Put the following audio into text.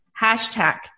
Hashtag